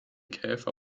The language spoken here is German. käfer